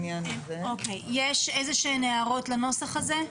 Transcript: יש איזה שהן הערות לנוסח הזה?